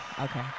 Okay